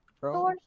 bro